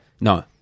No